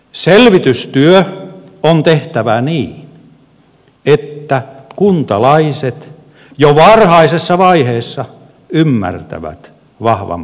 selvitystyö on tehtävä niin että kuntalaiset jo varhaisessa vaiheessa ymmärtävät vahvan peruskunnan edut